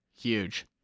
Huge